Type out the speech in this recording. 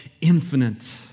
infinite